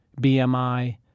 BMI